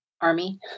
army